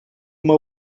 uma